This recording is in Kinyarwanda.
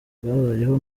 bwabayeho